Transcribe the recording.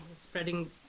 spreading